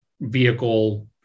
vehicle